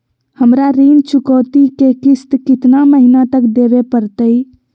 हमरा ऋण चुकौती के किस्त कितना महीना तक देवे पड़तई?